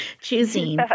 choosing